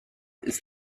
ist